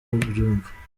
ubyumva